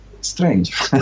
strange